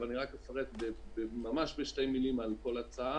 אבל אני רק אפרט ממש בשתי מילים על כל הצעה